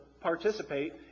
participate